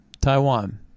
Taiwan